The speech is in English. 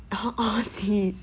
uh uh sis